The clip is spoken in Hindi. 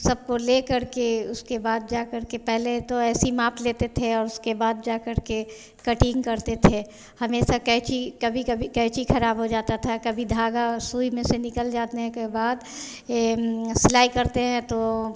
सबको ले करके उसके बाद जा करके पहले तो ऐसे ही माप लेते थे उसके बाद जा करके कटिंग करते थे हमेशा कैंची कभी कभी क़ैची ख़राब हो जाती थी कभी धागा सुईं में से निकल जाने के बाद यह सिलाई करते हैं तो